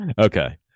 Okay